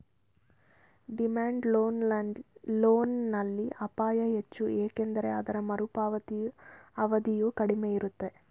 demand loan ನಲ್ಲಿ ಅಪಾಯ ಹೆಚ್ಚು ಏಕೆಂದರೆ ಇದರ ಮರುಪಾವತಿಯ ಅವಧಿಯು ಕಡಿಮೆ ಇರುತ್ತೆ